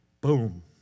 boom